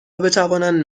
بتوانند